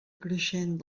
creixent